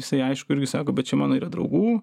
jisai aišku irgi sako bet čia mano yra draugų